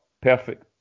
perfect